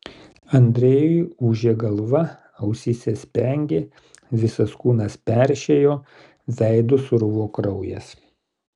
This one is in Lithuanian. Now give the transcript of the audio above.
andrejui ūžė galva ausyse spengė visas kūnas peršėjo veidu sruvo kraujas